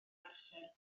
mercher